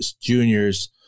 juniors